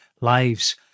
lives